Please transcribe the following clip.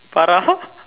Farah